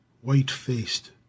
white-faced